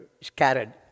scattered